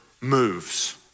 moves